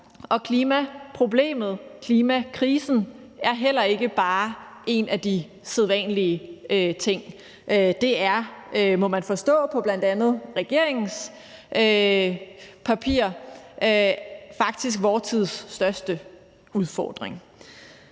og klimaproblemet, klimakrisen, er heller ikke bare en af de sædvanlige ting. Det er, må man forstå på bl.a. regeringens papir, faktisk vor tids største udfordring.